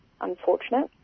unfortunate